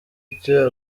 icyo